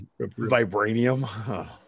vibranium